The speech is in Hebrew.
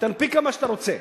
תנפיק כמה שאתה רוצה,